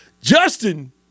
Justin